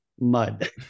mud